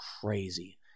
crazy